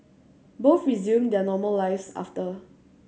both resumed their normal lives after